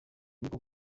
niko